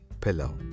pillow